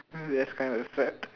that's kinda sad